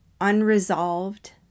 unresolved